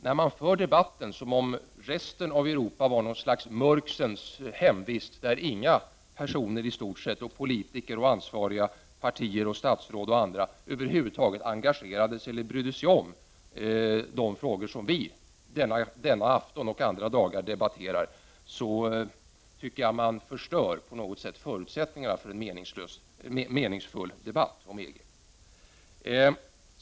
När man för debatten som om resten av Europa vore något slags mörksens hemvist där inga personer i stort sett, inga politiker och ansvariga partier och statsråd eller andra över huvud taget engagerade sig eller brydde sig om de frågor som vi denna afton och andra dagar debatterar, så tycker jag att man på något sätt förstör förutsättningarna för en meningsfull debatt om EG.